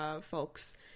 folks